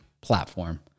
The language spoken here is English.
platform